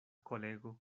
kolego